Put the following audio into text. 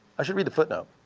i should read the footnote.